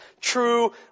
true